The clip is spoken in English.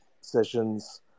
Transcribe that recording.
sessions